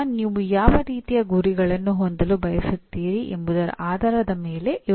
ಪಠ್ಯದ ಕೊನೆಯಲ್ಲಿ ಅವರು ಏನು ಮಾಡಬಲ್ಲರು ಎಂಬುದರ ಬಗ್ಗೆ ಸ್ಪಷ್ಟವಾದಾಗ ವಿದ್ಯಾರ್ಥಿಗಳು ಚೆನ್ನಾಗಿ ಕಲಿಯುತ್ತಾರೆ